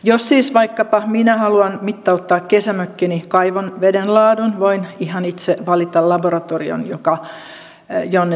jos siis vaikkapa minä haluan mittauttaa kesämökkini kaivon vedenlaadun voin ihan itse valita laboratorion jonne vesinäytteeni vien